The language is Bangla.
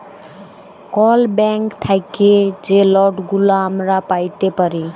কল ব্যাংক থ্যাইকে যে লটগুলা আমরা প্যাইতে পারি